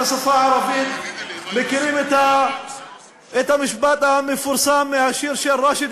השפה הערבית מכירים את המשפט המפורסם מהשיר של ראשד